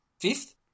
fifth